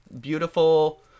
beautiful